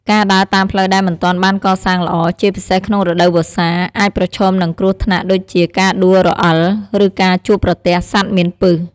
ការដើរតាមផ្លូវដែលមិនទាន់បានកសាងល្អ ជាពិសេសក្នុងរដូវវស្សា អាចប្រឈមនឹងគ្រោះថ្នាក់ដូចជាការដួលរអិល ឬការជួបប្រទះសត្វមានពិស។